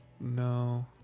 no